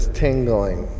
tingling